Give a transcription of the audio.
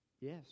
Yes